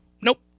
Nope